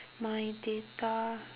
my data